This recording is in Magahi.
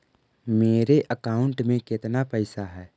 मेरे अकाउंट में केतना पैसा है?